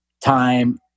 time